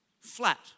flat